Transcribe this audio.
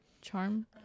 charm